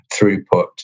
throughput